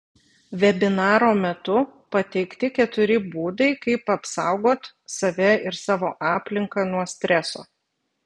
vebinaro metu pateikti keturi būdai kaip apsaugot save ir savo aplinką nuo streso